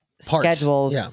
schedules